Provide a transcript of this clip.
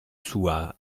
sua